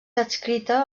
adscrita